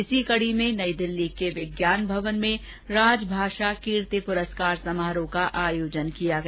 इसी कड़ी में नई दिल्ली के विज्ञान भवन में राजभाषा कीर्ति पुरस्कार समारोह का आयोजन किया गया